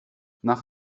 nach